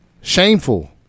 shameful